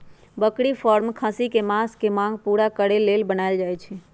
बकरी फारम खस्सी कें मास के मांग पुरा करे लेल बनाएल जाय छै